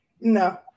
No